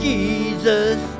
Jesus